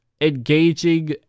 engaging